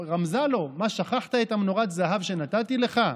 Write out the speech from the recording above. רמזה לו, מה, שכחת את מנורת הזהב שנתתי לך?